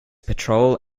patrol